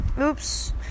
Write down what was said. Oops